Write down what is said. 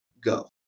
go